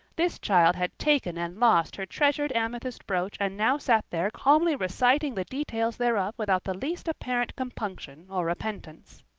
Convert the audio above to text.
this child had taken and lost her treasured amethyst brooch and now sat there calmly reciting the details thereof without the least apparent compunction or repentance.